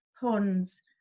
ponds